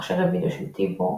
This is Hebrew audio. מכשירי וידאו של טיבו,